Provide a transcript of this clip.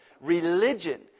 religion